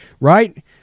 right